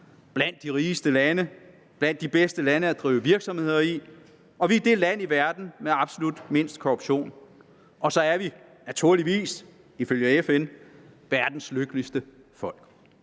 blandt de rigeste lande, blandt de bedste lande at drive virksomhed i. Og vi er det land i verden med absolut mindst korruption. Og så er vi, naturligvis, ifølge FN verdens lykkeligste folk.